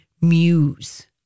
muse